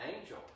angel